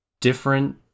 different